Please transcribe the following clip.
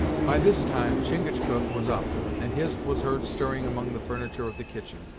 by this time, chingachgook was up, and hist was heard stirring among the furniture of the kitchen.